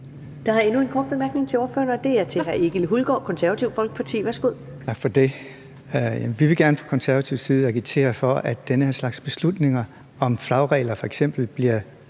Der er endnu en kort bemærkning til ordføreren, og den er fra hr. Egil Hulgaard, Det Konservative Folkeparti. Værsgo. Kl. 14:52 Egil Hulgaard (KF): Tak for det. Vi vil gerne fra konservativ side agitere for, at den her slags beslutninger om f.eks. flagregler bliver